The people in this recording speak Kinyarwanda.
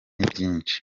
byinshi